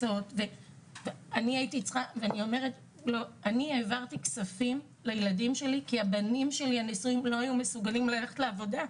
אני העברתי כספים לבנים הנשואים שלי כי הם לא יכלו ללכת לעבודה.